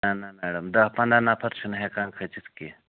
نَہ نَہ میڈم دَہ پَنٛداہ نفر چھِنہٕ ہٮ۪کان کھٔسِتھ کیٚنٛہہ